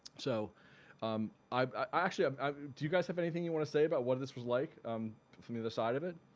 so i actually um do you guys have anything you want to say about what this was like um from either side of it?